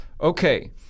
Okay